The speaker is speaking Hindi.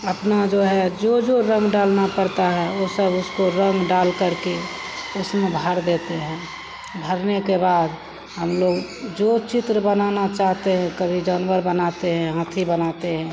अपना जो हे जो जो रंग डालना डालना पड़ता है वह सब उसको रंग डाल करके उसमें भार देते हें भरने के बाद हम लोग जो चित्र बनाना चाहते हैं कभी जानवर बनाते हैं हाथी बनाते हैं